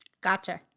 Gotcha